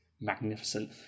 magnificent